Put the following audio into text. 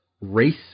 Race